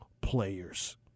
players